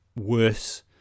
worse